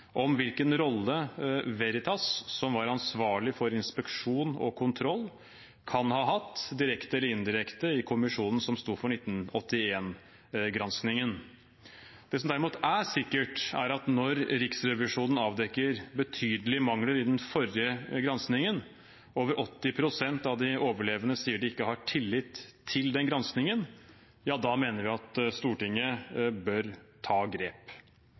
om hvilken rolle Det Norske Veritas, som var ansvarlig for inspeksjon og kontroll, kan ha hatt, direkte eller indirekte, i kommisjonen som sto for 1981-granskingen. Det som derimot er sikkert, er at når Riksrevisjonen avdekker betydelige mangler i den forrige granskingen, og over 80 pst. av de overlevende sier de ikke har tillit til den granskingen, mener vi at Stortinget bør ta grep.